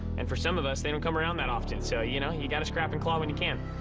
and for some of us, they don't come around that often. so, you know, you gotta scrap and claw when you can.